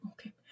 okay